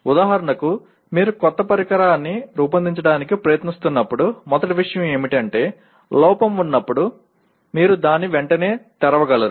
ఉదాహరణకు మీరు క్రొత్త పరికరాన్ని రూపొందించడానికి ప్రయత్నిస్తున్నప్పుడు మొదటి విషయం ఏమిటంటే లోపం ఉన్నప్పుడు మీరు దాన్ని వెంటనే తెరవగలరు